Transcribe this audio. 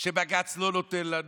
שבג"ץ לא נותן לנו,